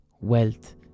wealth